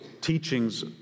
teachings